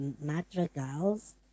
madrigals